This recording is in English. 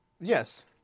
yes